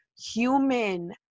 human